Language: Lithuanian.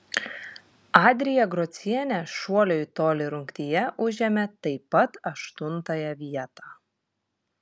adrija grocienė šuolio į tolį rungtyje užėmė taip pat aštuntąją vietą